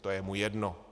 To je mu jedno.